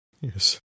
yes